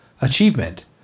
achievement